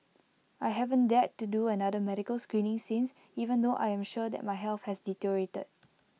I haven't dared to do another medical screening since even though I am sure that my health has deteriorated